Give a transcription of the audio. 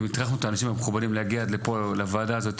אם הטרחנו את כל האנשים המכובדים שהגיעו עד לפה לוועדה הזו,